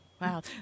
wow